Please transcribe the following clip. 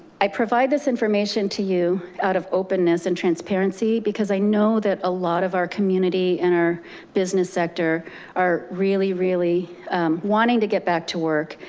i provide this information to you out of openness and transparency, because i know that a lot of our community and our business sector are really, really wanting to get back to work.